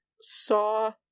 saw